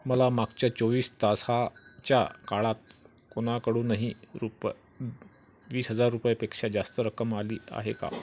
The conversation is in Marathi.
मला मागच्या चोवीस तासा च्या काळात कोणाकडूनही रूप वीस हजार रुपयापेक्षा जास्त रक्कम आली आहे का